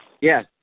Yes